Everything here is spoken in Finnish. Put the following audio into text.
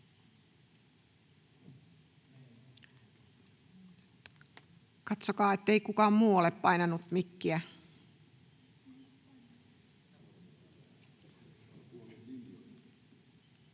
Katsokaa, ettei kukaan muu ole painanut mikkiä.